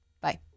Bye